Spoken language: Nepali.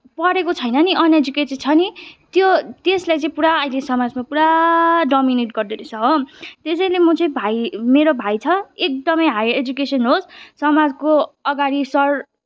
पढेको छैन नि अनएजुकेटेड छ नि त्यो त्यसलाई चाहिँ पुरा अहिले समाजमा पुरा डोमिनेट गर्दोरहेछ हो त्यसैले म चाहिँ भाइ मेरो भाइ छ एकदमै हाई एजुकेसन होस् समाजको अगाडि सर